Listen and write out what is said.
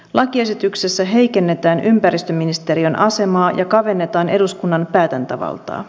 lakiesityksessä heikennetään ympäristöministeriön asemaa ja kavennetaan eduskunnan päätäntävaltaa